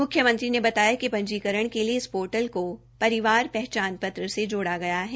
मुख्यमंत्री ने बताया कि पंजीकरण के लिए इस पोर्टल को परिवार पहचान पत्र से जोड़ा गया है